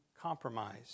compromise